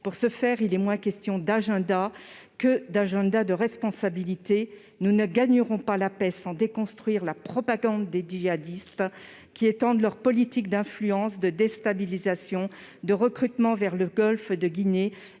point de vue, il est moins question d'agenda de retrait que de responsabilités. Nous ne gagnerons pas la paix sans déconstruire la propagande des djihadistes, qui étendent leur politique d'influence, de déstabilisation et de recrutement vers le golfe de Guinée,